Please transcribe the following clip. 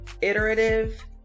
iterative